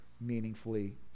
meaningfully